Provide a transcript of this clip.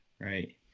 Right